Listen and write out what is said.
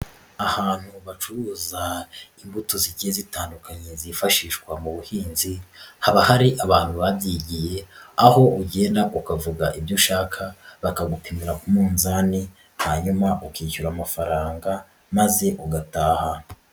Ahantu bacuruza imbuto zigiye zitandukanye zifashishwa mu buhinzi haba hari abantu babyigiye aho ugenda ukavuga ibyo ushaka bakagupimira ku munzani hanyuma ukishyura amafaranga maze ugataha.